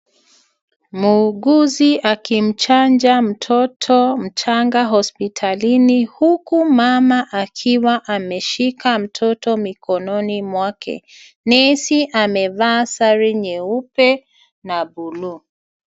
Muuguzi akimchanja mtoto mdogo hospitalini huku mama akiwa ameshika mtoto mikononi mwake. Nesi amevaa sare nyeupe, na blue .